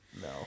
No